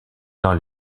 dans